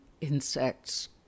insects